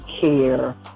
care